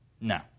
No